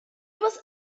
was